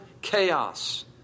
chaos